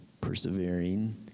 persevering